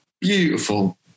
Beautiful